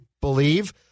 believe